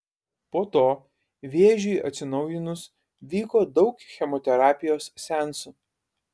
po to vėžiui atsinaujinus vyko daug chemoterapijos seansų